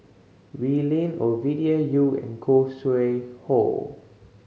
Wee Lin Ovidia Yu and Khoo Sui Hoe